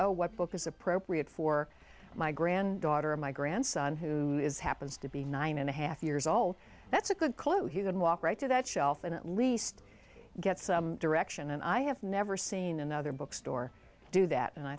oh what book is appropriate for my granddaughter my grandson who happens to be nine and a half years old that's a good clue he would walk right to that shelf and at least get some direction and i have never seen another bookstore do that and i